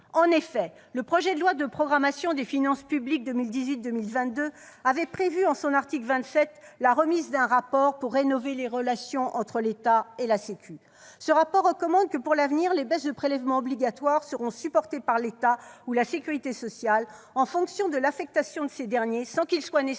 En effet, le projet de loi de programmation des finances publiques pour les années 2018 à 2022 avait prévu, en son article 27, la remise d'un rapport pour rénover les relations entre l'État et la sécurité sociale. Ce rapport recommande que, pour l'avenir, les baisses de prélèvements obligatoires soient supportées par l'État ou la sécurité sociale, en fonction de l'affectation de ces derniers, sans qu'il soit nécessaire